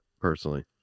Personally